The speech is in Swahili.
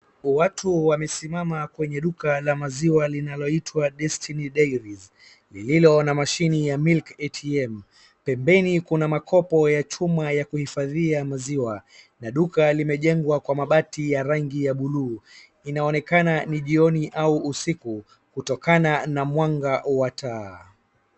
watu wamesimama kwenye duka la maziwa linaloitwa destiny dairies lilo na mashini ya milk ATM pmbeni kina machupa ya makopo ya kuhifadhia maziwa na duka limejengwa kwa mabati ya buluu ianonekana ni jioni au ni usiku kutokana mna mwanga wa taa